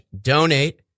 donate